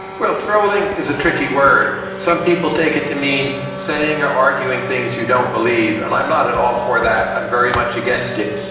well, trolling is a tricky word. some people take it to mean saying or arguing things you don't believe, and i'm not at all for that. i'm very much against it.